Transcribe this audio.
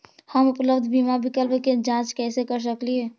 हम उपलब्ध बीमा विकल्प के जांच कैसे कर सकली हे?